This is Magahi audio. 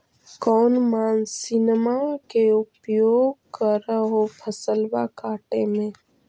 कौन मसिंनमा के उपयोग कर हो फसलबा काटबे में?